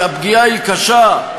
כי הפגיעה היא קשה,